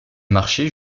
marché